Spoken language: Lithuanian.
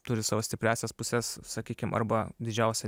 turi savo stipriąsias puses sakykim arba didžiausią